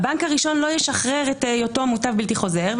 שהבנק הראשון לא ישחרר את היותו מוטב בלתי חוזר,